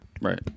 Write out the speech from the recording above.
Right